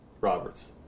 Roberts